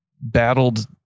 battled